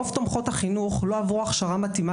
רוב תומכות החינוך לא עברו הכשרה מתאימה